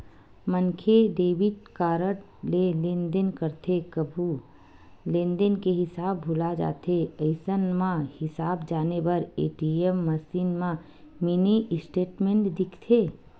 मनखे debit card ले लेनदेन करथे कभू लेनदेन के हिसाब भूला जाथे अइसन म हिसाब जाने बर ए.टी.एम मसीन म मिनी स्टेटमेंट देखथे